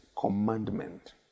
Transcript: commandment